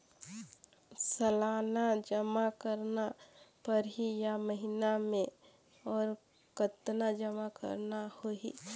सालाना जमा करना परही या महीना मे और कतना जमा करना होहि?